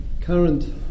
current